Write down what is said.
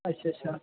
अच्छा अच्छा